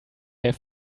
have